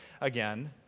again